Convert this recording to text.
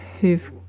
who've